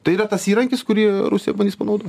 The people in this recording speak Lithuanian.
tai yra tas įrankis kurį rusija bandys panaudot